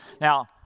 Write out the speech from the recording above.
Now